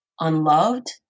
unloved